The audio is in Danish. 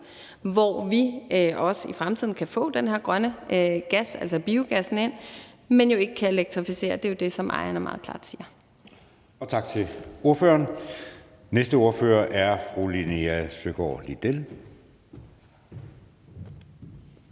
hvor vi også i fremtiden kan få den her grønne gas, altså biogassen, ind, men ikke kan elektrificere. Det er jo det, som ejerne meget klart siger. Kl. 20:04 Anden næstformand (Jeppe Søe): Tak til ordføreren. Næste ordfører er fru Linea Søgaard-Lidell. Kl.